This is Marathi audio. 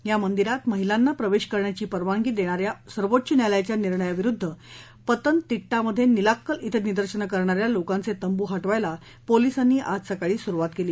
या मंदिरात महिलांना प्रवेश करण्याची परवानगी देणाऱ्या सर्वोच्च न्यायालयाच्या निर्णयाविरुद्ध पतनतीट्टामधे निलाक्कल ड्डिं निर्दशनं करणाऱ्या लोकांचे तंबू हटवायला पोलीसांनी आज सकाळी सुरुवात केली